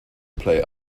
play